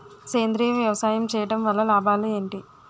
సేంద్రీయ వ్యవసాయం చేయటం వల్ల లాభాలు ఏంటి?